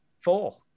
Four